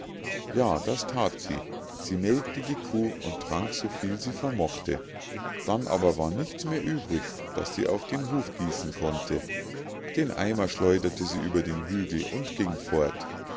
ja das that sie sie melkte die kuh und trank so viel sie vermochte dann aber war nichts mehr übrig das sie auf den huf gießen konnte den eimer schleuderte sie über den hügel und ging fort